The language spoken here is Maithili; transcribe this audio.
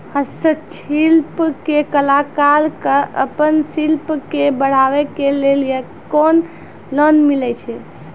हस्तशिल्प के कलाकार कऽ आपन शिल्प के बढ़ावे के लेल कुन लोन मिलै छै?